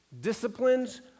disciplines